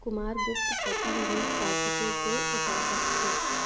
कुमारगुप्त प्रथम भी कार्तिकेय के उपासक थे